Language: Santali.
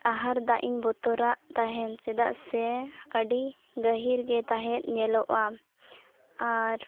ᱟᱦᱟᱨ ᱫᱟᱜ ᱤᱧ ᱵᱚᱛᱚᱨᱟᱜ ᱛᱟᱦᱮᱱ ᱪᱮᱫᱟᱜ ᱥᱮ ᱟᱹᱰᱤ ᱜᱟᱹᱦᱤᱨᱜᱮ ᱛᱟᱦᱮᱸᱫ ᱧᱮᱞᱚᱜᱼᱟ ᱟᱨ